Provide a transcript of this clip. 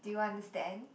do you understand